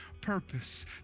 purpose